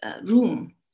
room